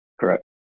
Correct